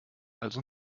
also